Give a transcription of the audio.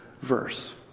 verse